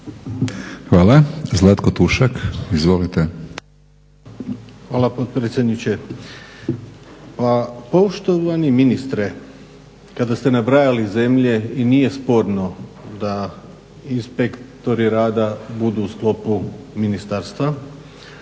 laburisti - Stranka rada)** Hvala potpredsjedniče. Pa poštovani ministre, kada ste nabrajali zemlje i nije sporno da inspektori rada budu u sklopu ministarstva,